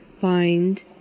find